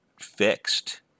fixed